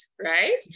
right